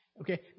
Okay